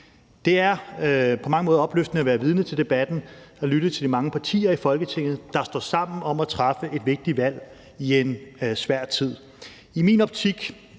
Det er på mange måder opløftende at være vidne til debatten og lytte til de mange partier i Folketinget, der står sammen om at træffe et vigtigt valg i en svær tid.